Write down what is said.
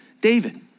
David